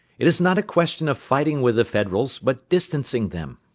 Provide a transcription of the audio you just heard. it is not a question of fighting with the federals, but distancing them.